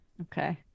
Okay